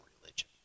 religion